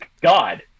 God